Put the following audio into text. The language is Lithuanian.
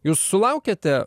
jūs sulaukiate